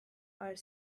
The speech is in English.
are